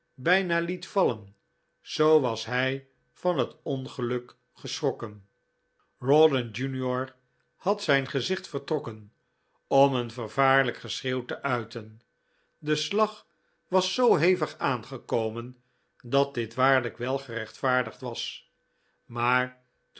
bijna liet vallen zoo was hij van het ongeluk geschrokken rawdon jr had zijn gezicht vertrokken om een vervaarlijk geschreeuw te uiten de slag was zoo hevig aangekomen dat dit waarlijk wel gerechtvaardigd was maar